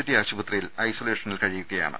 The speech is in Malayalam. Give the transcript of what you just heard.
ടി ആശുപത്രിയിൽ ഐസൊലേഷനിൽ കഴിയുകയാണ്